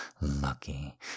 lucky